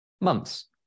months